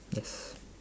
yes